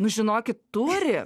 nu žinokit turi